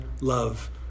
love